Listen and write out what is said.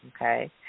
Okay